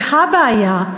והבעיה,